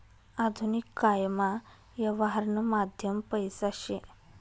आधुनिक कायमा यवहारनं माध्यम पैसा शे